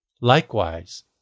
Likewise